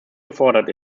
gefordert